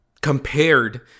compared